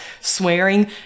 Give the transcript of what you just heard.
swearing